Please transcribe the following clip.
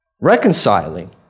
reconciling